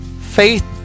faith